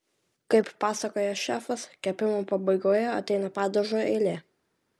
kaip pasakoja šefas kepimo pabaigoje ateina padažo eilė